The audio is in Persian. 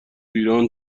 ایران